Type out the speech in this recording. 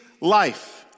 Life